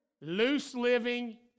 loose-living